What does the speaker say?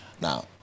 Now